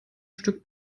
stück